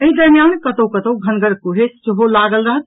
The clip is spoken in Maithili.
एहि दरमियान कतहु कतहु घनगर कुहेस सेहो लागल रहत